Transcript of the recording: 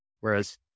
Whereas